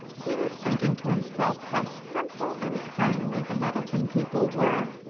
he was thinking to himself how simple and kindly the muddleton people were,